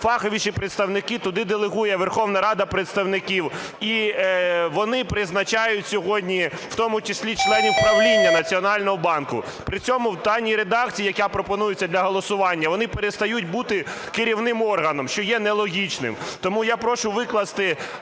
найфаховіші представники, туди делегує Верховна Рада представників, і вони призначають сьогодні в тому числі членів Правління Національного банку. При цьому в даній редакції, як я пропоную це для голосування, вони перестають бути керівним органом, що є нелогічним. Тому я прошу викласти